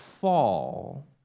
fall